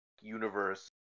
universe